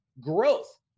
growth